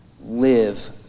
live